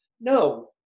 No